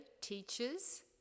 teachers